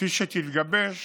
כפי שהיא תתגבש